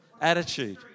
attitude